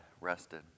rested